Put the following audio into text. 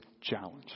challenge